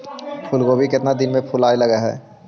फुलगोभी केतना दिन में फुलाइ लग है?